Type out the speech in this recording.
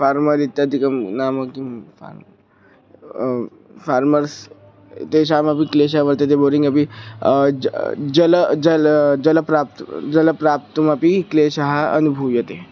farmer इत्यादिकं नाम किं फ़ार् फ़ार्मर्स् तेषामपि क्लेशः वर्तते बोरिङ्ग् अपि जलं जलं जलं जलं प्राप्तुं जलं प्राप्तुमपि क्लेशः अनुभूयते